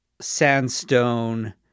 sandstone